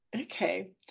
Okay